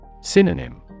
Synonym